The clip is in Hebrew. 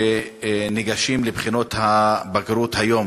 שניגשים לבחינות הבגרות היום.